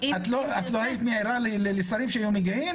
את לא היית מעירה לשרים שהיו מגיעים?